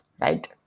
right